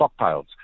stockpiles